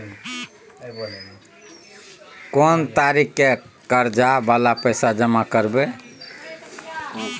कोन तारीख के कर्जा वाला पैसा जमा करबे?